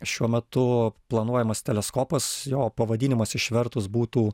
šiuo metu planuojamas teleskopas jo pavadinimas išvertus būtų